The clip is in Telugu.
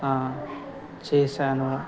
చేశాను